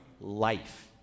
life